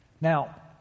Now